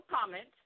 comment